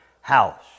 house